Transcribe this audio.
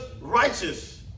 righteous